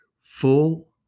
full